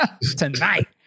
tonight